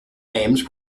names